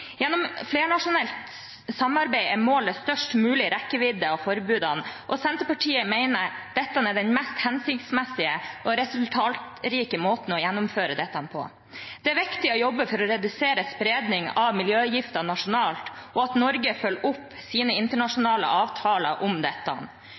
Gjennom flernasjonalt samarbeid er målet størst mulig rekkevidde av forbudene, og Senterpartiet mener dette er den mest hensiktsmessige og resultatrike måten å gjennomføre det på. Det er viktig å jobbe for å redusere spredning av miljøgifter nasjonalt og at Norge følger opp sine